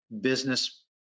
business